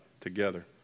together